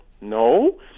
No